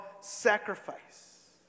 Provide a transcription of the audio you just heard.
sacrifice